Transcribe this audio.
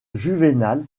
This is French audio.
juvénal